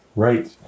right